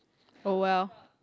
oh well